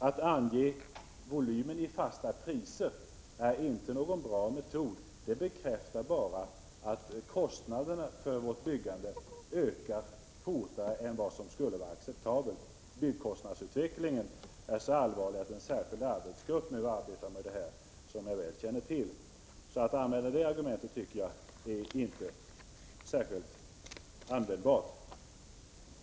Att ange volymen i fasta priser är inte någon bra metod. Det bekräftar bara att kostnaderna för vårt byggande ökar fortare än vad som är acceptabelt. Byggkostnadsutvecklingen är så allvarlig att en särskild arbetsgrupp nu sysslar med det problemet — det känner jag väl till. Det argumentet är inte särskilt användbart.